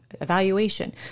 evaluation